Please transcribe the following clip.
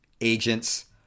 agents